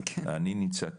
אני נמצא כאן,